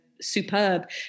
superb